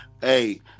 Hey